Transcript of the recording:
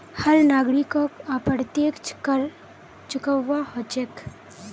हर नागरिकोक अप्रत्यक्ष कर चुकव्वा हो छेक